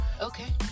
okay